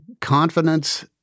confidence